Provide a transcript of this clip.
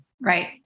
Right